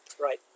Right